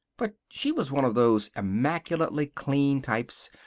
but she was one of those immaculately clean types.